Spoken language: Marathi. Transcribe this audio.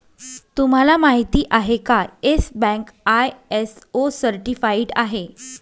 तुम्हाला माहिती आहे का, येस बँक आय.एस.ओ सर्टिफाइड आहे